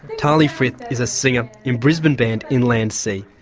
tahlee frith is a singer in brisbane band, inland sea.